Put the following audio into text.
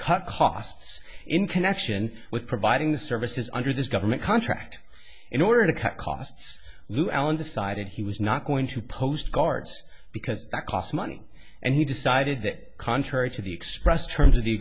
cut costs in connection with providing the services under this government contract in order to cut costs lou allen decided he was not going to post guards because that costs money and he decided that contrary to the expressed terms of the